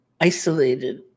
isolated